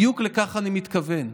בדיוק לכך אני מתכוון.